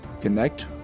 connect